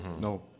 No